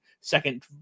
second